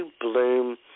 bloom